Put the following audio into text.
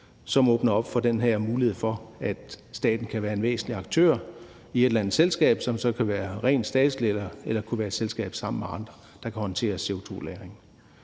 som åbner op for den her mulighed for, at staten kan være en væsentlig aktør i et eller andet selskab, som så kan være rent statsligt, eller det kunne være et selskab sammen med andre, der kan håndtere CO2-lagringen.